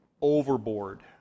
overboard